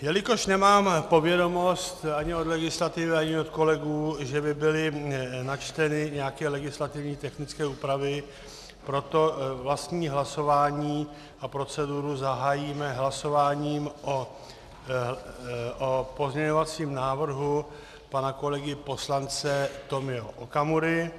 Jelikož nemám povědomost ani od legislativy, ani od kolegů, že by byly načteny nějaké legislativně technické úpravy, proto vlastní hlasování a proceduru zahájíme hlasováním o pozměňovacím návrhu pana kolegy poslance Tomio Okamury.